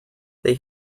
they